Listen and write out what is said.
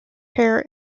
hare